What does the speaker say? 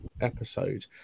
episode